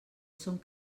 són